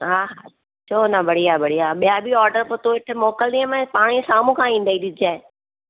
हा छो न बढ़िया बढ़िया ॿिया बि ऑडर पोइ तो वटि मोकिलींदीमांइ पाणे साम्हूं खां ईंदई ॾिसजांइ